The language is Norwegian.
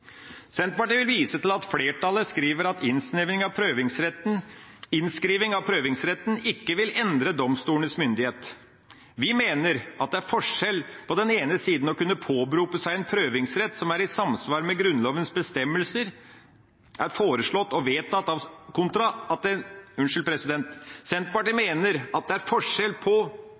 Senterpartiet vil vise til at flertallet skriver at innskriving av prøvingsretten ikke vil endre domstolenes myndighet. Senterpartiet mener at det er forskjell mellom på den ene siden å kunne påberope seg en prøvingsrett som er i samsvar med Grunnlovens bestemmelser, som er foreslått og vedtatt av